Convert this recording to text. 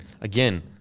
Again